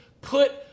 put